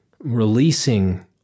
releasing